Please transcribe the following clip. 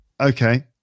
okay